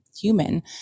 human